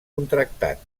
contractat